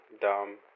Dumb